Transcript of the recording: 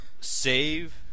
save